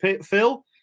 Phil